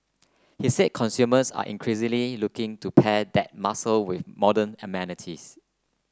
he said consumers are increasingly looking to pair that muscle with modern amenities